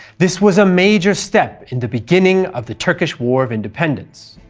this was a major step in the beginning of the turkish war of independence.